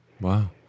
Wow